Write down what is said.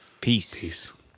Peace